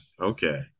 Okay